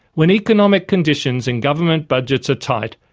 when economic conditions and government budgets are tight,